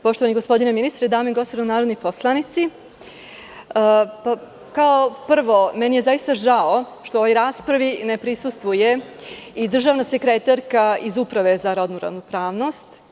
Poštovani gospodine ministre, dame i gospodo narodni poslanici, kao prvo, meni je zaista žao što ovoj raspravi ne prisustvuje državna sekretarka iz Uprave za rodnu ravnopravnost.